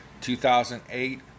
2008